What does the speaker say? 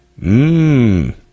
Mmm